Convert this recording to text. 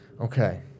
Okay